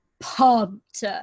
pumped